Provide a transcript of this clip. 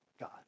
God